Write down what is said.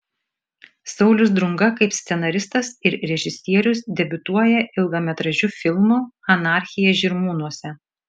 saulius drunga kaip scenaristas ir režisierius debiutuoja ilgametražiu filmu anarchija žirmūnuose